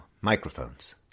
Microphones